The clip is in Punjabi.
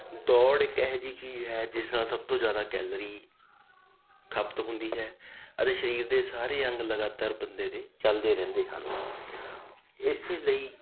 ਦੌੜ ਇੱਕ ਇਹੋ ਜਿਹੀ ਚੀਜ਼ ਹੈ ਜਿਸ ਨਾਲ ਸਭ ਤੋਂ ਜ਼ਿਆਦਾ ਕੈਲੋਰੀ ਖਪਤ ਹੁੰਦੀ ਹੈ ਅਤੇ ਸਰੀਰ ਦੇ ਸਾਰੇ ਅੰਗ ਲਗਾਤਾਰ ਬੰਦੇ ਦੇ ਚਲਦੇ ਰਹਿੰਦੇ ਹਨ ਇਸ ਲਈ